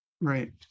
Right